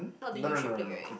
not the U shape plate right